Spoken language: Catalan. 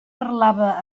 parlava